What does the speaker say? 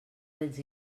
dels